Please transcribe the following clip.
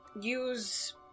use